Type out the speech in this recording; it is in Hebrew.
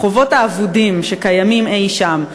החובות האבודים שקיימים אי-שם.